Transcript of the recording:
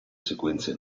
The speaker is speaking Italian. sequenze